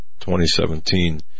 2017